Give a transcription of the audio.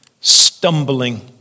stumbling